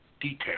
detail